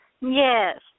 Yes